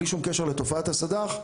בלי שום קשר לתופעת הסד"ח,